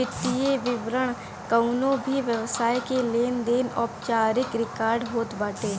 वित्तीय विवरण कवनो भी व्यवसाय के लेनदेन के औपचारिक रिकार्ड होत बाटे